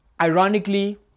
Ironically